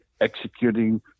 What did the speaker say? executing